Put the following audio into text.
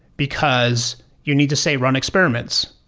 because you need to say, run experiments,